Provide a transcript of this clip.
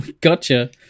gotcha